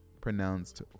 pronounced